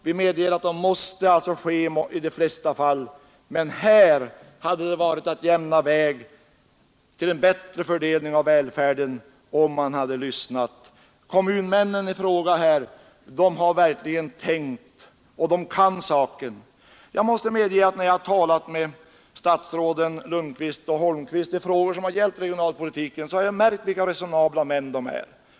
Vi medger att de måst ske i de flesta fall, men här hade det varit att jämna vägen till en bättre fördelning av välfärden om man hade lyssnat till de människor det gäller. Kommunalmännen i fråga har verkligen tänkt, och de kan den här saken bäst. När jag har talat med statsrådet Lundkvist och statsrådet Holmqvist i frågor som gällt regionalpolitiken har jag märkt vilka resonabla män de är.